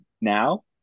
now